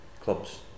clubs